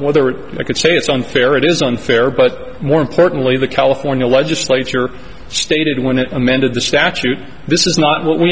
what they were i could say it's unfair it is unfair but more importantly the california legislature stated when it amended the statute this is not what we